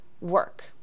work